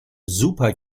super